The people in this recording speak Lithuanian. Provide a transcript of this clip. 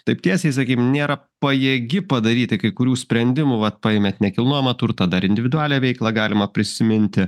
taip tiesiai sakykim nėra pajėgi padaryti kai kurių sprendimų vat paemėt nekilnojamą turtą dar individualią veiklą galima prisiminti